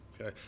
okay